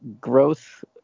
growth